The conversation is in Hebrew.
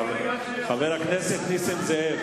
חבר הכנסת נסים זאב,